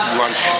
lunch